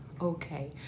Okay